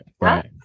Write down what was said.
right